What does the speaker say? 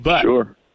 Sure